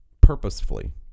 purposefully